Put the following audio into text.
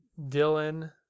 Dylan